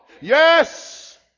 Yes